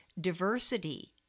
diversity